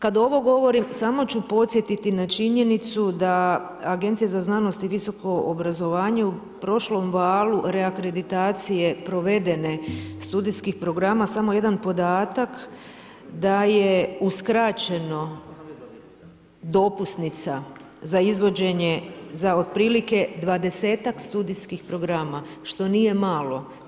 Kad ovo govorim samo ću podsjetiti na činjenicu da Agencija za znanost i visoko obrazovanje u prošlom valu reakreditacije provedene studijskih programa, samo jedan podatak, da je uskraćena dopusnica za izvođenje za otprilike dvadesetak studijskih programa, što nije malo.